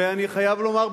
ואני חייב לומר,